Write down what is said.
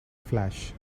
flash